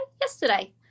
yesterday